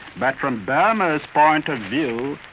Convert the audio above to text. but from burma's point of view,